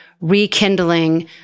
rekindling